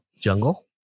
Jungle